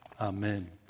Amen